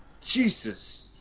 Jesus